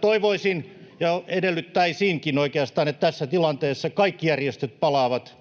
Toivoisin ja edellyttäisinkin oikeastaan, että tässä tilanteessa kaikki järjestöt palaavat